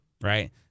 Right